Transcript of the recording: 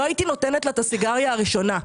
לא הייתי נותנת לה את הסיגריה הראשונה.